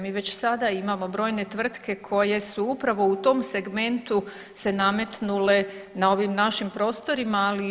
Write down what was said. Mi već sada imamo brojne tvrtke koje su upravo u tom segmentu se nametnule na ovim našim prostorima, ali i šire.